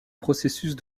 processus